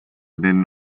need